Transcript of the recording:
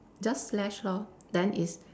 just slash lor then it's